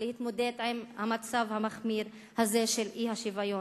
להתמודד עם המצב המחמיר הזה של אי-שוויון.